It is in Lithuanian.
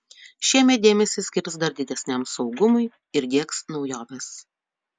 šiemet dėmesį skirs dar didesniam saugumui ir diegs naujoves